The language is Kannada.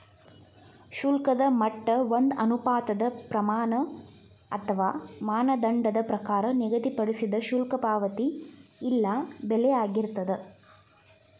ಶುಲ್ಕದ ಮಟ್ಟ ಒಂದ ಅನುಪಾತದ್ ಪ್ರಮಾಣ ಅಥವಾ ಮಾನದಂಡದ ಪ್ರಕಾರ ನಿಗದಿಪಡಿಸಿದ್ ಶುಲ್ಕ ಪಾವತಿ ಇಲ್ಲಾ ಬೆಲೆಯಾಗಿರ್ತದ